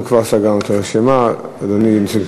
אנחנו כבר סגרנו את הרשימה, אדוני.